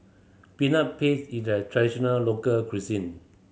Peanut Paste is a traditional local cuisine